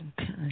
Okay